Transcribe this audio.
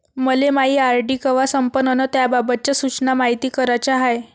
मले मायी आर.डी कवा संपन अन त्याबाबतच्या सूचना मायती कराच्या हाय